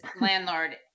landlord